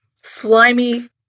slimy